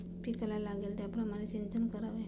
पिकाला लागेल त्याप्रमाणे सिंचन करावे